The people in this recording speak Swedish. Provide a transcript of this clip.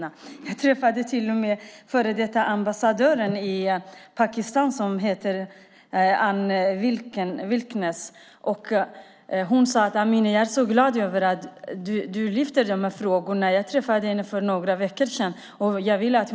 För några veckor sedan träffade jag den före detta svenska ambassadören i Pakistan, Ann Wilkens, och ville att hon skulle medverka i en debatt. Hon sade att hon var glad över att jag lyfte fram dessa frågor.